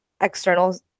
external